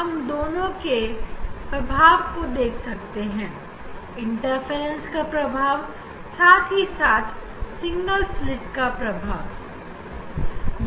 हम दोनों के प्रभाव इंटरफ्रेंस और साथ ही साथ सिंगल स्लिट को देखते हैं